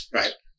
Right